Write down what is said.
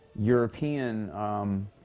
European